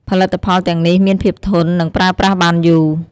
ផលិតផលទាំងនេះមានភាពធន់ និងប្រើប្រាស់បានយូរ។